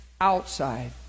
outside